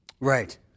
Right